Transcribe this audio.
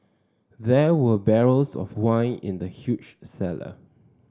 there were barrels of wine in the huge cellar